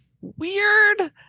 weird